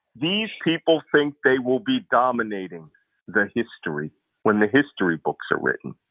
these people think they will be dominating the history when the history books are written.